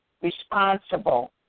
responsible